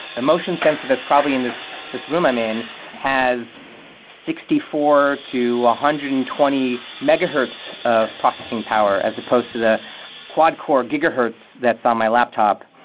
a motion sensor that's probably in this this room i'm in has sixty four to one ah hundred and twenty megahertz of processing power, as opposed to the quad-core gigahertz that's on my laptop.